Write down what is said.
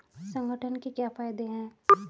संगठन के क्या फायदें हैं?